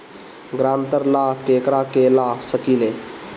ग्रांतर ला केकरा के ला सकी ले?